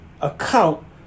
account